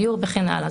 בדיור וכן הלאה.